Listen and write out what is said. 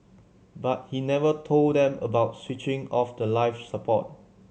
but he never told them about switching off the life support